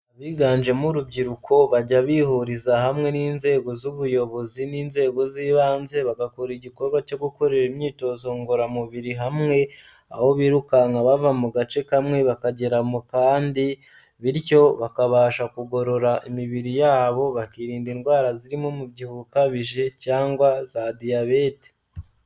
Biganjemo urubyiruko bajya bihuriza hamwe n'inzego z'ubuyobozi n'inzego z'ibanze, bagakora igikorwa cyo gukorera imyitozo ngororamubiri hamwe, aho birukanka bava mu gace kamwe bakagera mu kandi, bityo bakabasha kugorora imibiri yabo, bakirinda indwara zirimo umubyibuho ukabije cyangwa za diyabete.